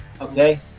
okay